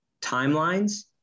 Timelines